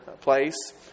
place